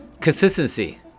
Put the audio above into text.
Consistency